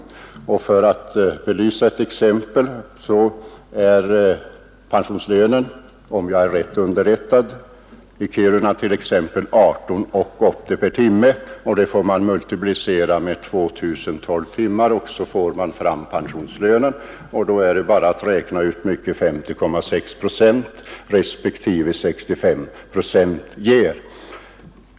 Som ett exempel kan nämnas att pensionslönen — om jag är riktigt underrättad — i Kiruna är 18:80 per timme. Det beloppet skall multipliceras med 2 012 timmar för att få fram den pensionsgrundande lönen. Sedan är det bara att räkna ut hur mycket 50,6 procent respektive 65 procent ger.